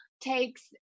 takes